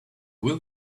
will